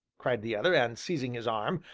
cried the other, and seizing his arm,